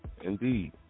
indeed